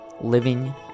Living